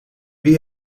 wie